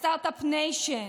הסטרטאפ ניישן,